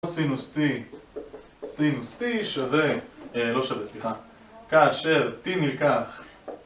קוסינוס T, סינוס T שווה, לא שווה סליחה, כאשר T נלקח